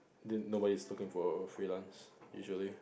didn't nobodies looking for freelance usually